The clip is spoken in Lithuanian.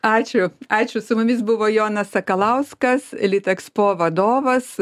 ačiū ačiū su mumis buvo jonas sakalauskas litexpo vadovas